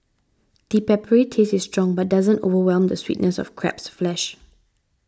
the peppery taste is strong but doesn't overwhelm the sweetness of crab's flesh